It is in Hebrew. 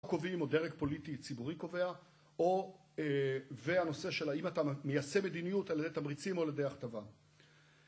קובעים: או דרג פוליטי ציבורי קובע, או והנושא של האם אתה מיישם מדיניות על ידי תמריצים או על ידי הכתבה